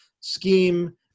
scheme